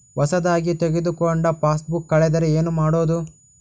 ಹೊಸದಾಗಿ ತೆಗೆದುಕೊಂಡ ಪಾಸ್ಬುಕ್ ಕಳೆದರೆ ಏನು ಮಾಡೋದು?